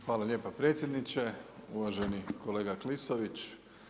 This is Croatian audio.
Hvala lijepa predsjedniče, uvaženi kolega Klisović.